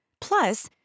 Plus